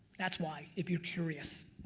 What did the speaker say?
that's why, if you're curious,